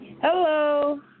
Hello